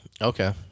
Okay